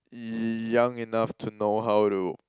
young enough to know how to